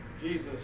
Jesus